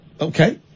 Okay